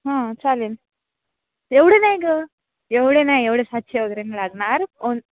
हां चालेल एवढे नाही गं एवढे नाही एवढे सातशे वगैरे नाही लागणार ओन